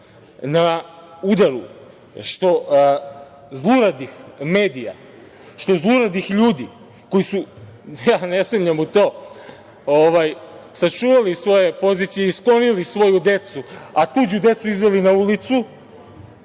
na udaru što zluradih medija, što zluradih ljudi koji su, ne sumnjam u to, sačuvali svoje pozicije i sklonili svoju decu, a tuđu decu izveli na ulicu,